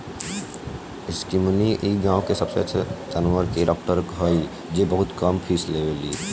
रुक्मिणी इ गाँव के सबसे अच्छा जानवर के डॉक्टर हई जे बहुत कम फीस लेवेली